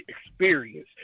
experience